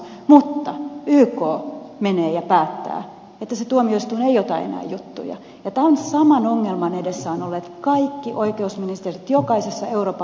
mutta yk menee ja päättää että se tuomioistuin ei ota enää juttuja ja tämän saman ongelman edessä ovat olleet kaikki oikeusministerit jokaisessa euroopan maassa